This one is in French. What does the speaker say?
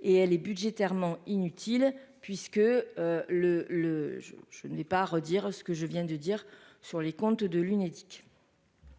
et elle est budgétairement inutile puisque le le jour, je ne vais pas redire ce que je viens de dire sur les comptes de l'Unédic.